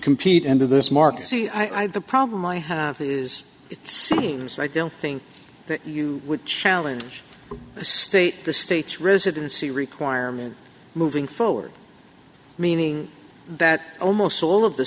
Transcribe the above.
compete and to this market see i the problem i have is it seems i don't think that you would challenge a state the state's residency requirement moving forward meaning that almost all of the